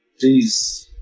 these,